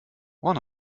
one